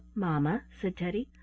mamma, said teddy,